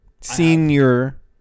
senior